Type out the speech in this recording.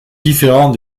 différents